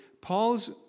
Paul's